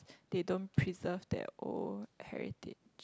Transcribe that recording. they don't preserve their own heritage